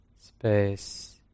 space